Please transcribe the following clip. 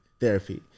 therapy